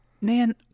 man